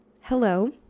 hello